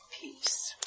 peace